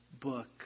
book